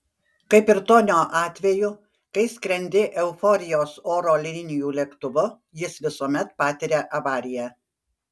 kaip ir tonio atveju kai skrendi euforijos oro linijų lėktuvu jis visuomet patiria avariją